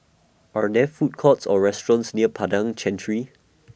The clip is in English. Are There Food Courts Or restaurants near Padang Chancery